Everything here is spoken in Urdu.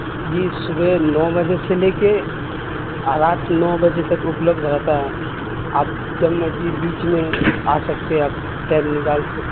جی صبح نو بجے سے لے کے اور رات نو بجے تک اپلبدھ رہتا ہے آپ جب مرضی بیچ میں آ سکتے ہیں آپ ٹائم نکال کے